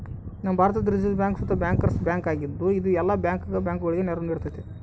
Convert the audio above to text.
ನಮ್ಮ ಭಾರತುದ್ reserve bank ಸುತ ಬ್ಯಾಂಕರ್ಸ್ ಬ್ಯಾಂಕ್ ಆಗಿದ್ದು, ಇದು ಎಲ್ಲ ಭಾರತದ ಬ್ಯಾಂಕುಗುಳಗೆ ನೆರವು ನೀಡ್ತತೆ